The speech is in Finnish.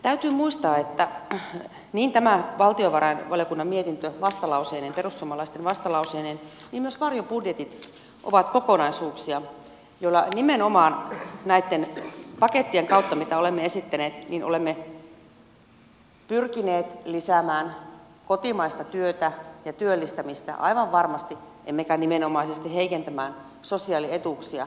täytyy muistaa että niin tämä valtiovarainvaliokunnan mietintö perussuomalaisten vastalauseineen kuin myös varjobudjetit ovat kokonaisuuksia joilla nimenomaan näitten pakettien kautta mitä olemme esittäneet olemme pyrkineet lisäämään kotimaista työtä ja työllistämistä aivan varmasti emmekä nimenomaisesti heikentämään sosiaalietuuksia